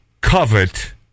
covet